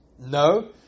No